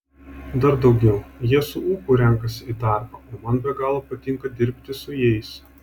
dar daugiau jie su ūpu renkasi į darbą o man be galo patinka dirbti su jais